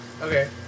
Okay